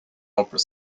opera